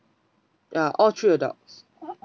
ya all three adults